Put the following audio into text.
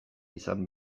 izan